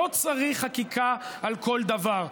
לא צריך חקיקה על כל דבר,